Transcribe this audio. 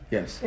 Yes